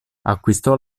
acquistò